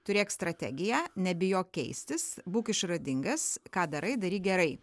turėk strategiją nebijok keistis būk išradingas ką darai daryk gerai